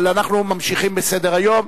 אבל אנחנו ממשיכים בסדר-היום.